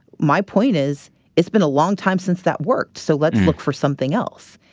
my point is it's been a long time since that worked so let's look for something else.